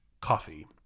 coffee